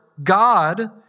God